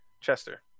Chester